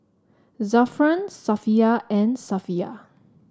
Zafran Safiya and Safiya